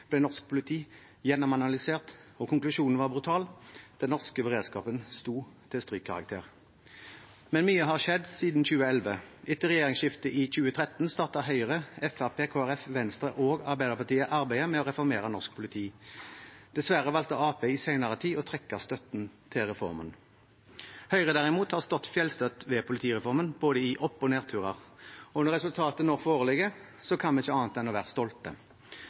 ble norsk politi gjennomanalysert, og konklusjonen var brutal. Den norske beredskapen sto til strykkarakter. Men mye har skjedd siden 2011. Etter regjeringsskiftet i 2013 startet Høyre, Fremskrittspartiet, Kristelig Folkeparti, Venstre og Arbeiderpartiet arbeidet med å reformere norsk politi. Dessverre valgte Arbeiderpartiet i senere tid å trekke støtten til reformen. Høyre, derimot, har stått fjellstøtt ved politireformen, både i opp- og nedturer, og når resultatet nå foreligger, kan vi ikke annet enn å være stolte.